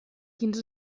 quins